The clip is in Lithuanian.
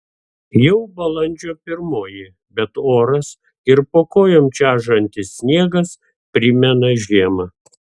jau balandžio pirmoji bet oras ir po kojom čežantis sniegas primena žiemą